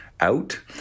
out